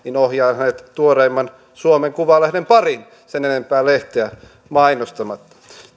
ohjaan hänet tuoreimman suomen kuvalehden pariin sen enempää lehteä mainostamatta